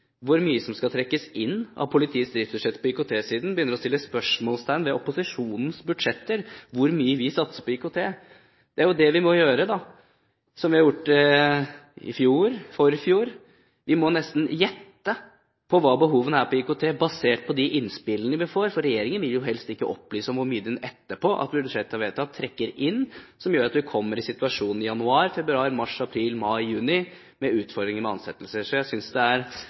hvor mye som skal trekkes inn av politiets driftsbudsjett på IKT-siden, begynner å sette spørsmålstegn ved opposisjonens budsjetter, ved hvor mye vi satser på IKT. Da må vi, som vi gjorde i fjor, i forfjor, nesten gjette på hva behovene er innen IKT, basert på de innspillene vi får, for regjeringen vil jo helst ikke opplyse om hvor mye den etterpå – etter at budsjettet er vedtatt – trekker inn, som gjør at vi i januar, februar, mars, april, mai, juni kommer i en situasjon med utfordringer med hensyn til ansettelser. Så jeg synes det